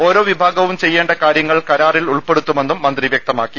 ഓരോ വിഭാഗവും ചെയ്യേണ്ട കാര്യ ങ്ങൾ കരാറിൽ ഉൾപ്പെടുത്തുമെന്നും മന്ത്രി വൃക്തമാക്കി